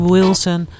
Wilson